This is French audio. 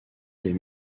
des